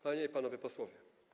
Panie i Panowie Posłowie!